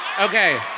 Okay